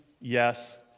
yes